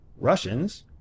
Russians